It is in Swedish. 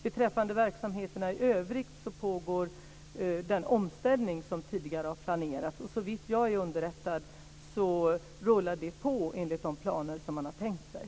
Beträffande verksamheterna i övrigt pågår den omställning som tidigare har planerats. Såvitt jag är underrättad rullar detta på enligt de planer man har tänkt sig.